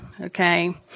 Okay